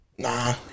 Nah